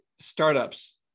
startups